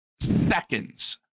seconds